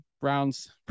Browns